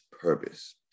purpose